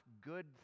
good